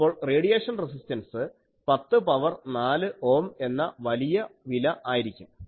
അപ്പോൾ radiation resistance 10 power 4 ohm എന്ന വലിയ വില ആയിരിക്കും